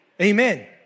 Amen